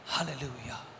Hallelujah